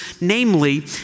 namely